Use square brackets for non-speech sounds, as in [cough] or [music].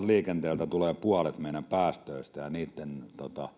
[unintelligible] liikenteeltä tulee puolet meidän päästöistä ja niitten